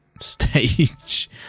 stage